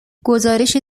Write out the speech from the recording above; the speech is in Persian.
گزارشی